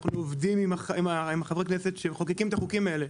אנחנו עובדים עם חברי הכנסת שמחוקקים את החוקים האלה.